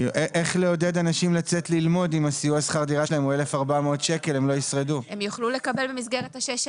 כנכה לומד הוא לא יכול לקבל,